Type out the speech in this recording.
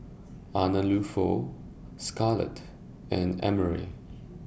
Arnulfo Scarlett and Emry